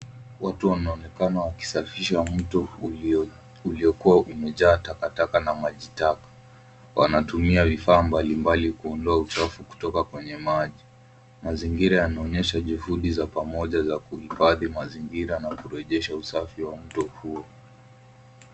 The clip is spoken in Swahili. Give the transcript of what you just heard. Watu wanaonekana wakisafisha mto uliokuwa umejaa takataka na maji taka. Wanatumia vifaa mbalimbali kuondoa uchafu kutoka kwenye maji. Mazingira yanaonyesha juhudi za pamoja za kuhifadhi mazingira na kurejesha usafi wa mto huo.